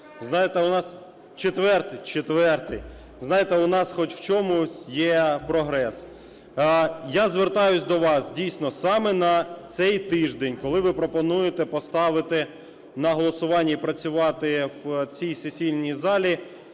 знаєте, у нас хоч в чомусь є прогрес. Я звертаюсь до вас, дійсно, саме на цей тиждень, коли ви пропонуєте поставити на голосування і працювати в цій сесійній залі,